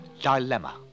dilemma